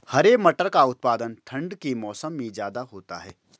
हरे मटर का उत्पादन ठंड के मौसम में ज्यादा होता है